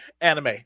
anime